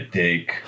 take